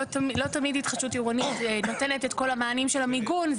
לא תמיד התחדשות עירונית נותנת את כל המענים של המיגון.